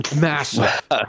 massive